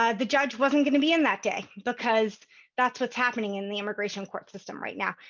ah the judge wasn't going to be in that day because that's what's happening in the immigration court system right now.